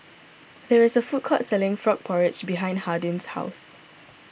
there is a food court selling Frog Porridge behind Hardin's house